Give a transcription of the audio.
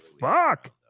fuck